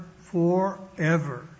forever